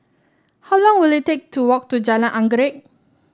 how long will it take to walk to Jalan Anggerek